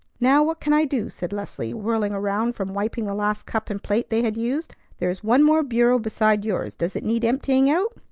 now, what can i do? said leslie, whirling around from wiping the last cup and plate they had used. there's one more bureau besides yours. does it need emptying out?